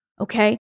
okay